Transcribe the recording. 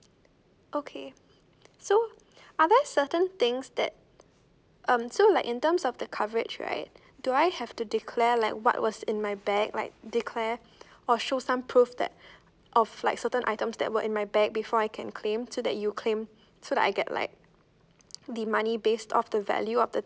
okay so are there certain things that um so like in terms of the coverage right do I have to declare like what was in my bag like delay or show some proof that of like certain items that were in my bag before I can claim to that you claim so that I get like the money based of the value of the